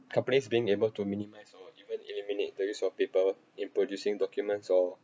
companies being able to minimise or even eliminate the use of paper in producing documents or